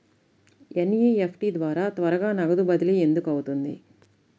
NEFT ద్వారా త్వరగా నగదు బదిలీ ఎందుకు అవుతుంది?